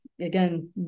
Again